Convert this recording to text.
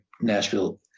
Nashville